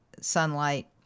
sunlight